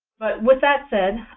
but with that said,